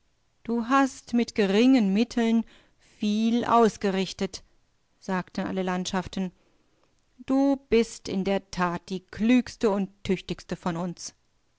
du hast mit geringen mitteln viel ausgerichtet sagten alle landschaften du bist in der tat die klügsteundtüchtigstevonuns